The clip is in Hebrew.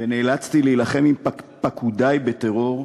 ונאלצתי להילחם עם פקודי בטרור,